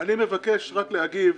אני מבקש להגיב.